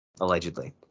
allegedly